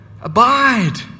Abide